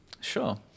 Sure